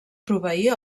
proveir